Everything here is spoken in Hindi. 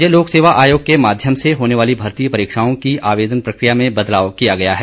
राज्य लोकसेवा आयोग के माध्यम से होने वाली भर्ती परीक्षाओं की आवेदन प्रक्रिया में बदलाव किया गया है